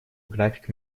график